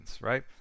Right